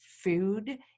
food